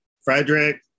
Frederick